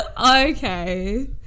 Okay